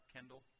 Kendall